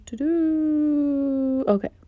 okay